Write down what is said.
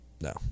No